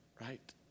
right